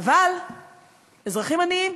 אבל אזרחים עניים.